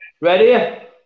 Ready